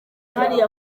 hariya